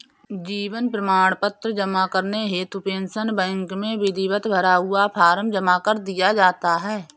जीवन प्रमाण पत्र जमा करने हेतु पेंशन बैंक में विधिवत भरा हुआ फॉर्म जमा कर दिया जाता है